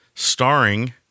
starring